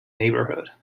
neighborhood